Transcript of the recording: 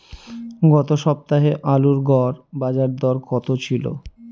গত সপ্তাহে আলুর গড় বাজারদর কত ছিল?